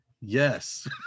Yes